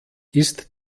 ist